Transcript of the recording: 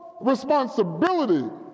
responsibility